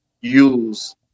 use